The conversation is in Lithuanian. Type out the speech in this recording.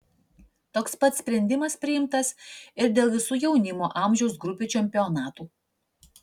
toks pat sprendimas priimtas ir dėl visų jaunimo amžiaus grupių čempionatų